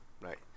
right